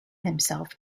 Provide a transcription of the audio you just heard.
himself